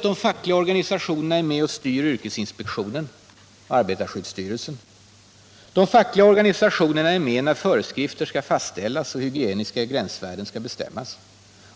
De fackliga organisationerna är också med och styr yrkesinspektionen och arbetarskyddsstyrelsen. De fackliga organisationerna är med när föreskrifter skall fastställas och hygieniska gränsvärden bestämmas.